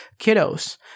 kiddos